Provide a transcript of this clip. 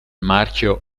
marchio